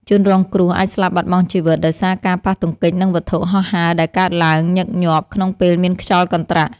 ជនរងគ្រោះអាចស្លាប់បាត់បង់ជីវិតដោយសារការប៉ះទង្គិចនឹងវត្ថុហោះហើរដែលកើតឡើងញឹកញាប់ក្នុងពេលមានខ្យល់កន្ត្រាក់។